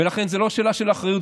ולכן זו לא שאלה של אחריות,